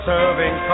Serving